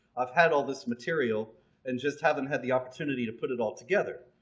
i've had all this material and just haven't had the opportunity to put it all together.